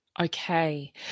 Okay